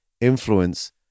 influence